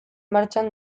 martxan